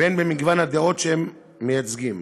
והן במגוון הדעות שהם מייצגים.